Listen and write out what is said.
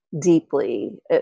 deeply